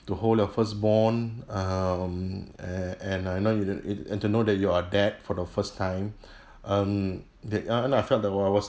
to hold your firstborn um and and you know you you and to know that you're a dad for the first time um they uh you know I felt that I I was